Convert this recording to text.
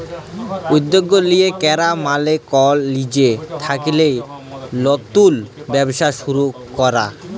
উদ্যগ লিয়ে ক্যরা মালে কল লিজে থ্যাইকে লতুল ব্যবসা শুরু ক্যরা